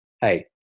Hey